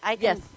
Yes